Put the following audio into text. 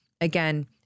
again